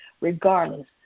regardless